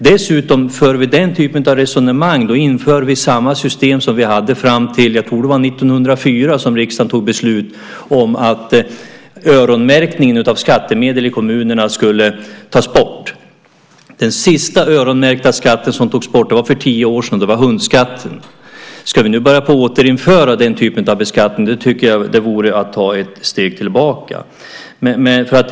Om vi för den typen av resonemang inför vi samma system som vi hade fram till 1904 då riksdagen fattade beslut om att öronmärkning av skattemedel i kommunerna skulle tas bort. Den sista öronmärkta skatt som togs bort var hundskatten. Det är tio år sedan. Att återinföra den typen av skatter vore att ta ett steg tillbaka.